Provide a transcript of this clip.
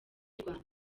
rwanda